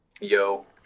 Yo